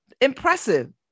impressive